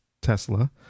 Tesla